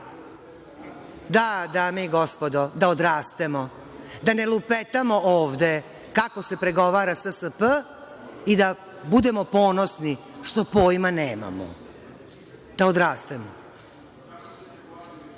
se…Da, dame i gospodo, da odrastemo, da ne lupetamo ovde kako se pregovara SSP i da budemo ponosni što pojma nemamo, da odrastemo.(Vladimir